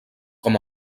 com